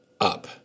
up